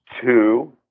Two